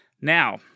Now